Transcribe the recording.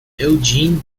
eugene